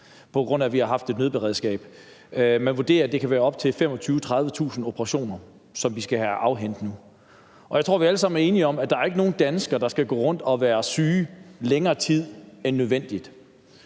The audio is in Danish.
på grund af at vi har haft et nødberedskab. Man vurderer, at det kan være op til 25.000-30.000 operationer, som vi skal have afviklet nu. Jeg tror, vi alle sammen er enige om, at der ikke er nogen danskere, der skal gå rundt og være syge længere tid end nødvendigt.